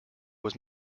was